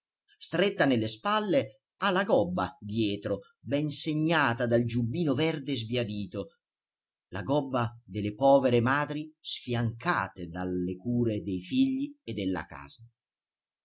stretta nelle spalle ha la gobba dietro ben segnata dal giubbino verde sbiadito la gobba delle povere madri sfiancate dalle cure dei figli e della casa